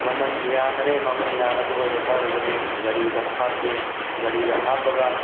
ꯃꯃꯜ ꯌꯥꯅꯔꯦ ꯃꯃꯜ ꯌꯥꯅꯕ ꯑꯣꯏꯕ ꯇꯥꯔꯒꯗꯤ ꯒꯥꯔꯤꯗ ꯍꯥꯞꯄꯤ ꯒꯥꯔꯤꯗ ꯍꯥꯞꯄꯒ